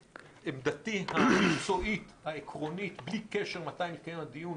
לדעתי המקצועית העקרונית בלי קשר מתי יתקיים הדיון,